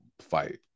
fight